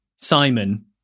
simon